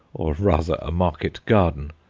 or rather a market-garden,